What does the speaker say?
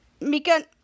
Mika